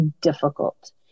difficult